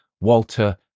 Walter